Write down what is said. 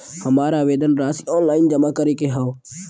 हमार आवेदन राशि ऑनलाइन जमा करे के हौ?